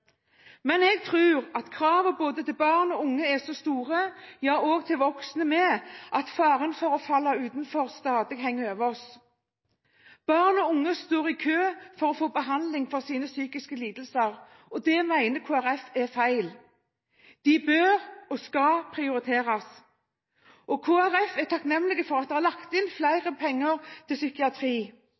Men jeg tror at kravene til barn og unge er så store – ja, til voksne også – at faren for å falle utenfor stadig henger over oss. Barn og unge står i kø for å få behandling for sine psykiske lidelser. Det mener Kristelig Folkeparti er feil. De bør og skal prioriteres. Kristelig Folkeparti er takknemlig for at det er lagt inn flere penger til psykiatri,